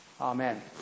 Amen